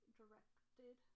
directed